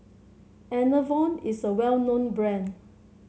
Enervon is a well known brand